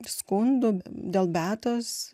skundų dėl beatos